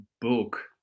book